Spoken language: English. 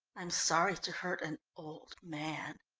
i'm sorry to hurt an old man.